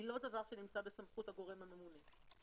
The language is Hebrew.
היא לא דבר שנמצא בסמכות הגורם הממונה.